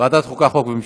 ועדת חוקה, חוק ומשפט.